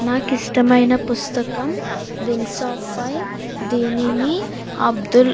నాకు ఇష్టమైన పుస్తకం వింగ్స్ ఆఫ్ ఫైర్ దీనిని అబ్దుల్